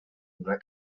donar